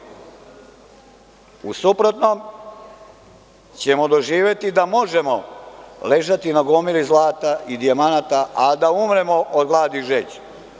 U suprotnom ćemo doživeti da možemo ležati na gomili zlata i dijamanata, a da umremo od gladi i žeđi.